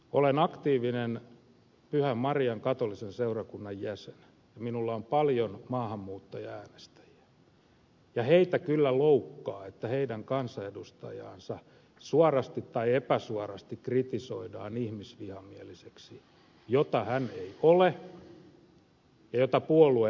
olen aktiivinen pyhän marian katolisen seurakunnan jäsen ja minulla on paljon maahanmuuttajaäänestäjiä ja heitä kyllä loukkaa että heidän kansanedustajaansa suorasti tai epäsuorasti kritisoidaan ihmisvihamieliseksi mitä hän ei ole ja mitä puolue ei ole